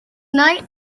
night